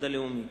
מינוי